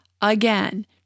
again